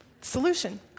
Solution